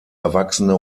erwachsene